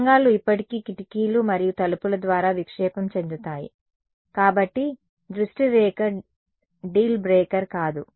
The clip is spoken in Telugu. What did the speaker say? తరంగాలు ఇప్పటికీ కిటికీలు మరియు తలుపుల ద్వారా విక్షేపం చెందుతాయి కాబట్టి దృష్టి రేఖ డీల్ బ్రేకర్ కాదు